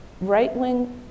right-wing